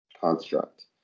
construct